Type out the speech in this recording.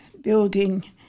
building